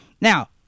Now